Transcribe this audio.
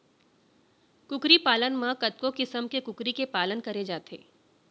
कुकरी पालन म कतको किसम के कुकरी के पालन करे जाथे